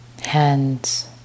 hands